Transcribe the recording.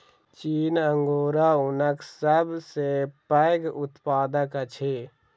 चीन अंगोरा ऊनक सब सॅ पैघ उत्पादक अछि